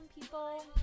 people